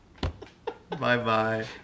Bye-bye